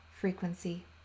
frequency